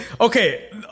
Okay